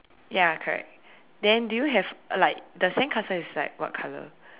ya correct then do you have like the sandcastle is like what colour